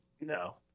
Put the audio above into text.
No